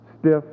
stiff